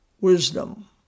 wisdom